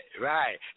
right